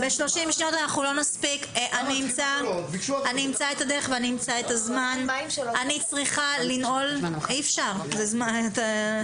נמצא את הדרך ואת הזמן לעשות את זה.